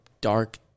dark